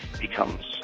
becomes